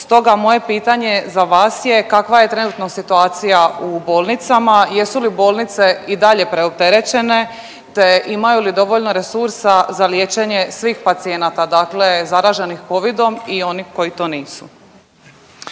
Stoga moje pitanje za vas je kakva je trenutno situacija u bolnicama, jesu li bolnice i dalje preopterećenje te imaju li dovoljno resursa za liječenje svih pacijenata zaraženih covidom i onih koji to nisu?